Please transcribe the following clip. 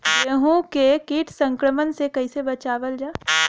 गेहूँ के कीट संक्रमण से कइसे बचावल जा?